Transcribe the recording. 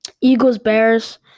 Eagles-Bears